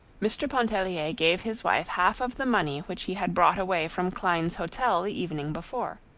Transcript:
mr. pontellier gave his wife half of the money which he had brought away from klein's hotel the evening before.